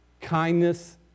kindness